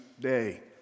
Day